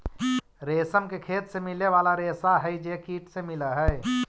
रेशम के खेत से मिले वाला रेशा हई जे कीट से मिलऽ हई